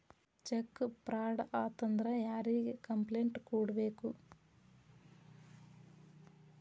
check fraud ಆತಂದ್ರ ಯಾರಿಗ್ complaint ಕೂಡ್ಬೇಕು